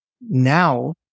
Now